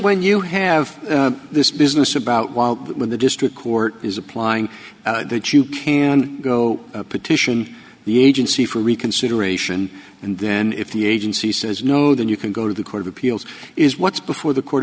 when you have this business about while when the district court is applying that you can go petition the agency for reconsideration and then if the agency says no then you can go to the court of appeals is what's before the court